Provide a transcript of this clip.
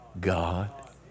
God